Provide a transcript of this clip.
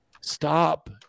stop